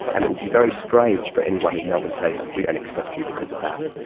and it would be very strange for anyone in melbourne to say, we don't accept you because of that.